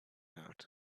out